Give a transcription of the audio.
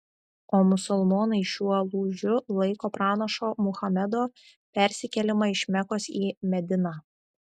o musulmonai šiuo lūžiu laiko pranašo muhamedo persikėlimą iš mekos į mediną